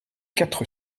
quatre